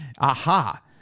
Aha